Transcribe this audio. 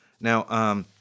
Now